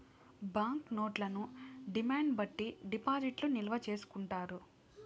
bank నోట్లను demand బట్టి డిపాజిట్లు నిల్వ చేసుకుంటారు